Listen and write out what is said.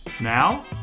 Now